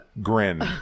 grin